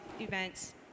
events